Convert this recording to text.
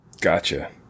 Gotcha